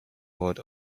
world